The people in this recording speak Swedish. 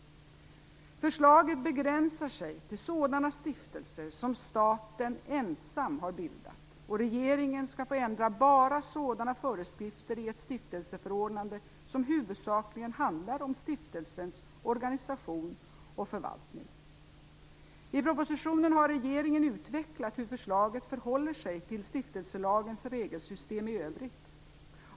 Förslaget begränsar sig till sådana stiftelser som staten ensam har bildat. Regeringen skall få ändra bara sådana föreskrifter i ett stiftelseförordnande som huvudsakligen handlar om stiftelsens organisation och förvaltning. I propositionen har regeringen utvecklat hur förslaget förhåller sig till stiftelselagens regelsystem i övrigt.